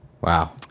wow